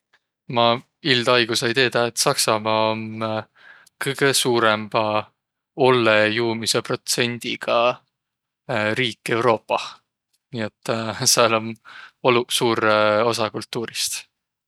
Ma ildaaigo sai teedäq, et Saksamaa om kõgõ suurõmba ollõjuumisõ protsendiga riik Euroopah. Nii et sääl om oluq suur osa kultuurist.